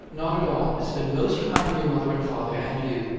not at all. it's been most kind of your mother and father and you.